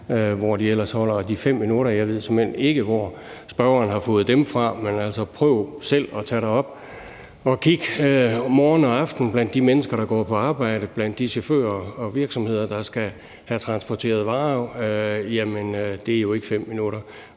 og CO2-forurener på motorvejene. Jeg ved såmænd ikke, hvor spørgeren har fået de 5 minutter fra. Men prøv selv at tage derop og kig morgen og aften på de mennesker, der går på arbejde, og på de chauffører og virksomheder, der skal have transporteret varer. Det er jo ikke 5 minutter.